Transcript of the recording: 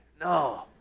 No